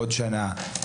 עוד שנה,